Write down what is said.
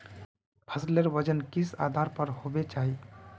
फसलेर वजन किस आधार पर होबे चही?